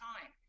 time